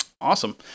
Awesome